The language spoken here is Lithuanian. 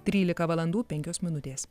trylika valandų penkios minutės